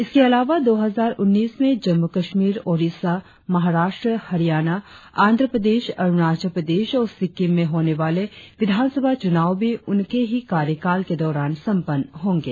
इसके अलावा दो हजार उन्नीस में जम्मू कश्मीर ओडिशा महाराष्ट्र हरियाणा आंध्र प्रदेश अरुणाचल प्रदेश और सिक्किम में होने वाले विधानसभा चुनाव भी उनके ही कार्यकाल के दोरान संपन्न होंगे